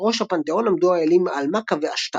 בראש הפנתאון עמדו האלים אלמקה ועשתר.